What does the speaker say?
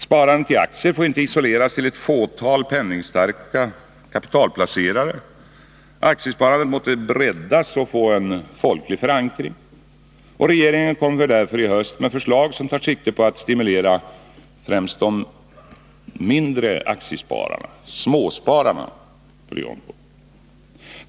Sparandet i aktier får inte isoleras till ett fåtal penningstarka kapitalplacerare. Aktiesparandet måste breddas och få en folklig förankring. Regeringen kommer därför i höst med förslag som tar sikte på att stimulera främst de mindre aktiespararna, småspararna på detta område.